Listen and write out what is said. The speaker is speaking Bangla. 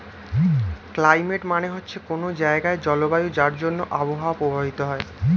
ক্লাইমেট মানে হচ্ছে কোনো জায়গার জলবায়ু যার জন্যে আবহাওয়া প্রভাবিত হয়